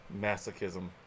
Masochism